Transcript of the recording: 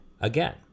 again